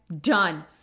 Done